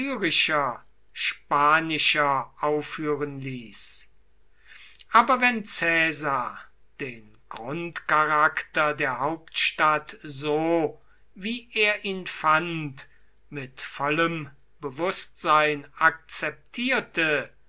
spanischer aufführen ließ aber wenn caesar den grundcharakter der hauptstadt so wie er ihn fand mit vollem bewußtsein akzeptierte